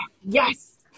Yes